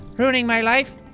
ruining my life.